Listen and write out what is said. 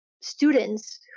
students